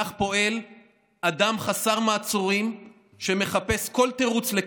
כך פועל אדם חסר מעצורים שמחפש כל תירוץ לכיסא,